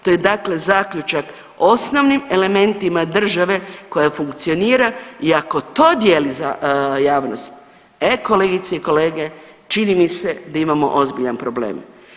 To je dakle zaključak o osnovnim elementima države koja funkcionira i ako to dijeli javnost, e kolegice i kolege čini mi se da imamo ozbiljan problem.